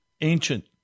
ancient